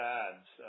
ads